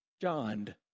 John